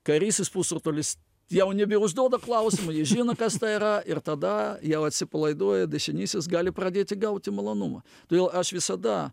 kairysis pusrutulis jau nebeužduoda klausimų jis žino kas tai yra ir tada jau atsipalaiduoja dešinysis gali pradėti gauti malonumą todėl aš visada